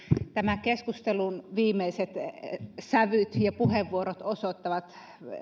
tämän keskustelun viimeiset sävyt ja puheenvuorot osoittavat